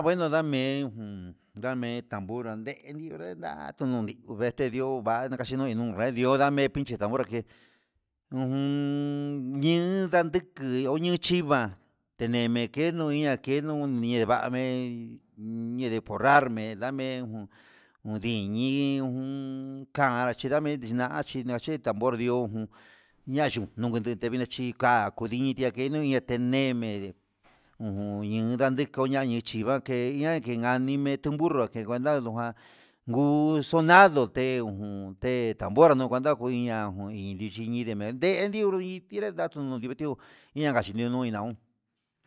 Bueno ndame jun ndamen anbunra ndemi junda'a tevete ndió un va'a nachino medi'o ndio ndame inche tambora ke'e, ujun ni'o ndadeke onion chiva'a tene ndekeno yan kenon nini va'a men un niñi pondame na'a me jun diñi'i iin jun ka'a nachinrame na'a nachi ndachin tambora diojun nayuno, nguena tenvina chi ka'a kudini ndia keno ihá teneme ujun yin daniukuña ña'a nichi va'a key lña kin nganime ten burro nikuandadnó ngua nguu sonado, te ngu te tambora na nguanda kuu iña'a najun iin yimen ndeniun iti'á ndedatuno nduketió inga chinaniun ndanaun.